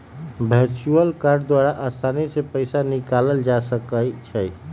virtual card द्वारा असानी से पइसा निकालल जा सकइ छै